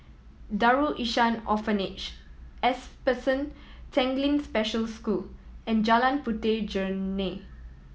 Darul Ihsan Orphanage S Person Tanglin Special School and Jalan Puteh Jerneh